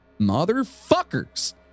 Motherfuckers